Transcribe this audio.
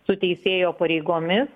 su teisėjo pareigomis